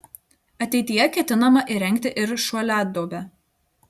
ateityje ketinama įrengti ir šuoliaduobę